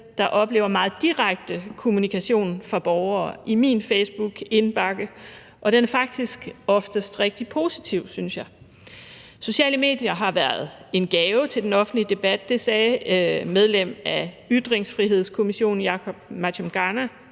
der oplever meget direkte kommunikation fra borgere i min facebookindbakke, og jeg synes, at den faktisk oftest er rigtig positiv. Sociale medier har været en gave til den offentlige debat – det sagde medlem af Ytringsfrihedskommissionen Jacob Mchangama,